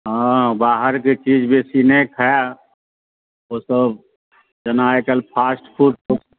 हँ बाहरके चीज बेसी नहि खाइ ओ सभ जेना आइ काल्हि फास्ट फूड सब